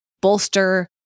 bolster